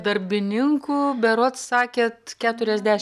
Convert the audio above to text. darbininkų berods sakėt keturiasdešimt